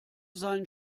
seinen